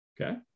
Okay